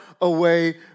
away